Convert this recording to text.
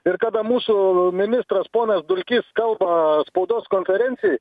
ir kada mūsų ministras ponas dulkys kalba spaudos konferencijoj